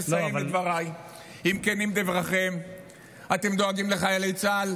לסיים את דבריי: אם כנים דבריכם ואתם דואגים לחיילי צה"ל,